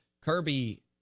Kirby